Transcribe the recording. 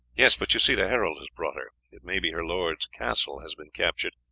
yes, but you see the herald has brought her. it may be her lord's castle has been captured,